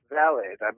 valid